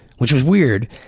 which was weird.